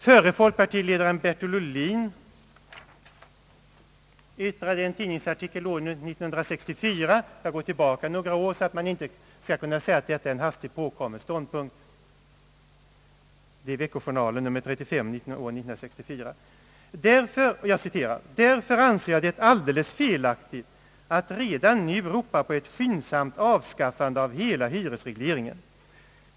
Förre folkpartiledaren Bertil Ohlin yttrade i en tidningsartikel år 1964 — jag går tillbaka några år så att man inte skall kunna säga att detta är en hastigt påkommen ståndpunkt — i Veckojournalen nr 35: »Därför anser jag det alldeles felaktigt att redan nu ropa på ett skyndsamt avskaffande av hela hyresregleringen.